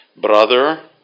Brother